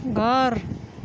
घर